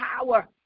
power